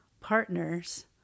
partner's